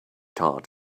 tart